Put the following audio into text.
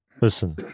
listen